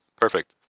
Perfect